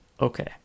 Okay